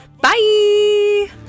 Bye